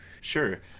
Sure